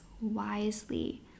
wisely